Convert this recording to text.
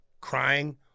crying